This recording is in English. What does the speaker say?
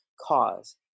cause